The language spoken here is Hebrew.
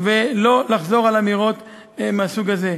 ולא לחזור על אמירות מהסוג הזה.